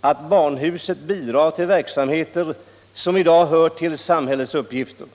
att barnhuset bidrar till verksamheter som i dag hör till samhällets uppgifter.